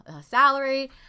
salary